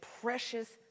precious